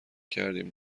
کردیم